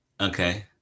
Okay